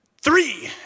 three